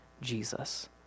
Jesus